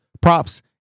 props